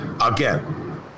again